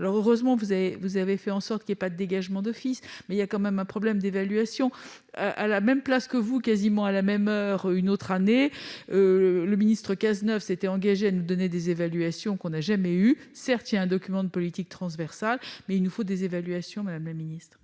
Heureusement, vous avez fait en sorte qu'il n'y ait pas de dégagement d'office, mais il y a tout de même un problème d'évaluation. À la même place que vous, une autre année, quasiment à la même heure, le ministre Bernard Cazeneuve s'était engagé à nous donner des évaluations que nous n'avons jamais obtenues. Certes, il y a un document de politique transversale, mais il nous faut des évaluations, madame la ministre.